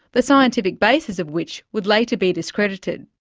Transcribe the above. the scientific basis of which would later be discredited.